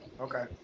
okay